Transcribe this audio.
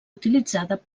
utilitzada